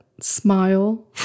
smile